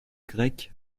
grec